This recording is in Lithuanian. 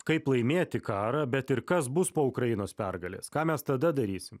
kaip laimėti karą bet ir kas bus po ukrainos pergalės ką mes tada darysim